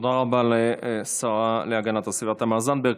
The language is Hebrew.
תודה רבה לשרה להגנת הסביבה תמר זנדברג.